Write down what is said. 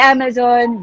Amazon